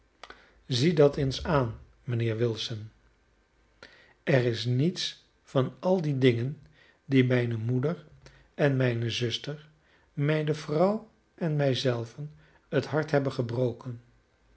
zie dat eens aan mijnheer wilson er is niets van al die dingen die mijne moeder en mijne zuster mijne vrouw en mij zelven het hart hebben gebroken